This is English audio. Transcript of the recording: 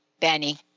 Benny